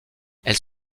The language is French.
elles